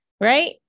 right